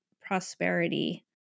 prosperity